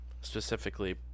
specifically